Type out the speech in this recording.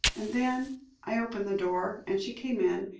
and then i opened the door, and she came in,